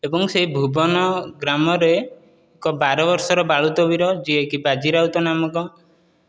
ଏବଂ ସେହି ଭୁବନ ଗ୍ରାମରେ ଏକ ବାର ବର୍ଷର ବାଳୁତ ବୀର ଯିଏ କି ବାଜି ରାଉତ ନାମକ ଏକ